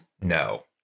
No